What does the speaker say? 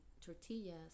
tortillas